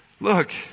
look